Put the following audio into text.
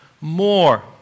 more